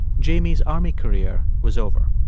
jamie's army career was over.